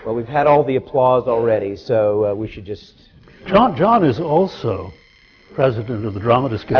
but we've had all the applause already, so we should just john john is also president of the dramatists